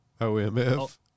OMF